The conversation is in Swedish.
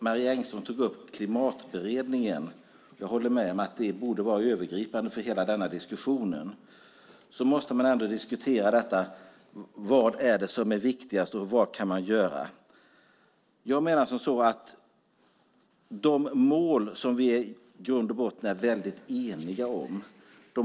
Marie Engström tog upp Klimatberedningen. Jag håller med om att denna borde vara övergripande för hela denna diskussion. Man måste diskutera vad som är viktigast och vad man kan göra. Jag menar att vi måste hitta vägar för att nå de mål som vi i grund och botten är väldigt eniga om.